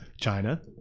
China